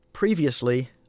previously